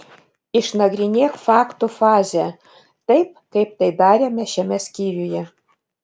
išnagrinėk faktų fazę taip kaip tai darėme šiame skyriuje